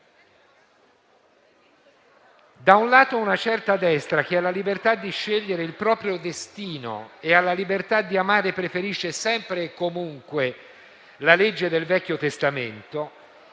Da un lato c'è una certa destra, che alla libertà di scegliere il proprio destino e alla libertà di amare preferisce sempre e comunque la legge del Vecchio Testamento,